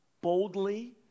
boldly